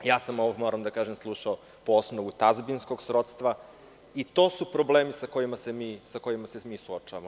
Ja sam ovo, moram da kažem, slušao po osnovu tazbinskog srodstva i to su problemi sa kojima se mi suočavamo.